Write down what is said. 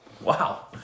Wow